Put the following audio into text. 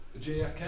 JFK